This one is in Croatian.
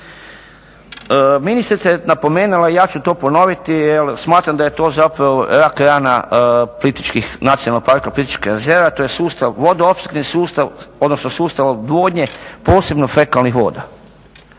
Ministrica je napomenula, ja ću to ponoviti, jer smatram da je to zapravo rak-rana Nacionalnog parka Plitvička jezera, a to je vodoopskrbni sustav odnosno sustav odvodnje posebno fekalnih voda